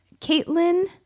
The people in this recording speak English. Caitlin